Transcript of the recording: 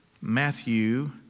Matthew